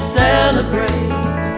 celebrate